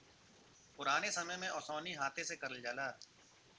पुराने समय में ओसैनी हाथे से करल जाला